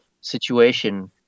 situation